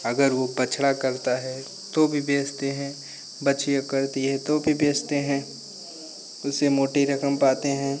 अगर वह बछड़ा करती है तो भी बेचते हैं बछिया करती है तो भी बेचते हैं उससे मोटी रकम पाते हैं